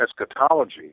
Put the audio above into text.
eschatology